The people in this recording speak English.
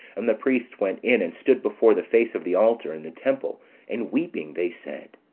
and the priests went in, and stood before the face of the altar and the temple and weeping, they said